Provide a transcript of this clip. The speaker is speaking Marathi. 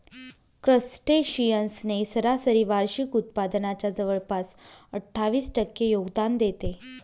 क्रस्टेशियन्स ने सरासरी वार्षिक उत्पादनाच्या जवळपास अठ्ठावीस टक्के योगदान देते